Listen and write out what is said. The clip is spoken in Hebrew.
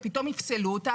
ופתאום יפסלו אותה,